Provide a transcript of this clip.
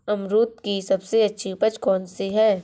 अमरूद की सबसे अच्छी उपज कौन सी है?